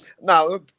Now